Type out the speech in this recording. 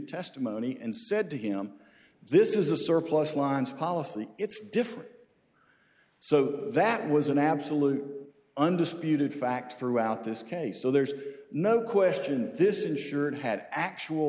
testimony and said to him this is a surplus lines policy it's different so that was an absolute undisputed fact throughout this case so there's no question this insured had actual